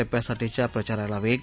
टप्प्यासाठीच्या प्रचाराला वेग